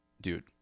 dude